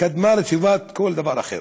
קודמת לטובת כל דבר אחר,